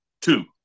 Two